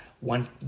one